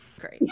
great